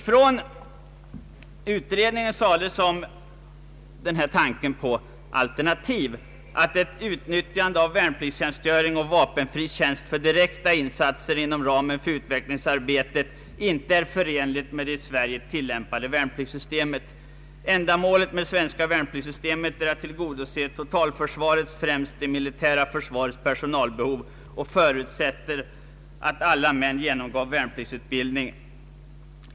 Från utredningens sida sades om tanken på u-landstjänst som alternativ, att ett utnyttjande av värnpliktstjänstgöring och vapenfri tjänst för direkta insatser i utvecklingsarbetet inte är för enligt med det i Sverige tillämpade värnpliktssystemet. ändamålet med det svenska värnpliktssystemet är att tillgodose totalförsvaret, främst det militära försvarets personalbehov, och det förutsätter att alla män genomgår värnpliktsutbildning.